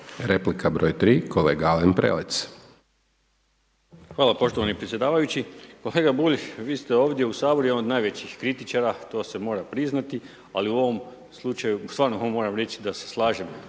Replika br. 3, kolega Alen Prelec. **Prelec, Alen (SDP)** Hvala poštovani predsjedavajući. Pa kolega Bulj, vi ste ovdje u Saboru jedan od najvećih kritičara, to se mora priznati, ali u ovom slučaju stvarno moram reći da se slažem